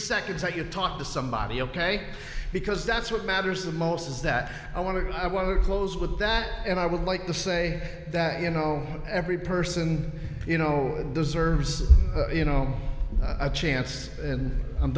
seconds that you talk to somebody ok because that's what matters the most is that i want to i want to close with that and i would like to say that you know every person you know deserves you know a chance and i'm